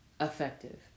Effective